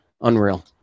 Unreal